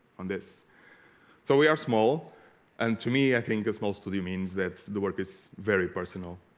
on this so we are small and to me i think a small study means that the work is very personal